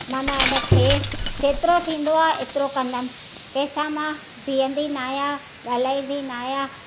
माना एॾा थिए जेतिरो थींदो आहे एतिरो कंदमि कंहिंसां मां बिहंदी न आहियां ॻाल्हाईंदी न आहियां